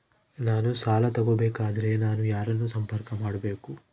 ನಾನು ಸಾಲ ತಗೋಬೇಕಾದರೆ ನಾನು ಯಾರನ್ನು ಸಂಪರ್ಕ ಮಾಡಬೇಕು?